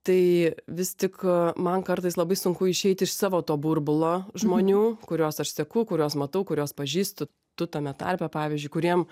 tai vis tik man kartais labai sunku išeiti iš savo to burbulo žmonių kuriuos aš seku kuriuos matau kuriuos pažįstu tu tame tarpe pavyzdžiui kuriem